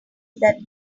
that